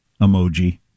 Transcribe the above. emoji